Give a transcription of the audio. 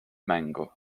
mängu